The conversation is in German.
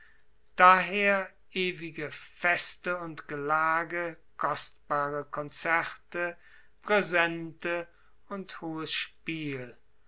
daher ewige feste und gelage kostbare konzerte präsente und hohes spiel